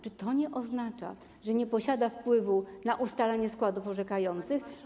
Czy to oznacza, że nie posiada wpływu na ustalanie składów orzekających?